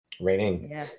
Raining